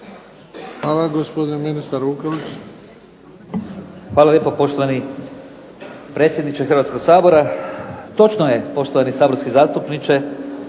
Branko (HDZ)** Hvala lijepo poštovani predsjedniče Hrvatskog sabora. Točno je poštovani saborski zastupniče,